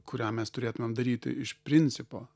kurią mes turėtumėm daryti iš principo